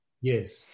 Yes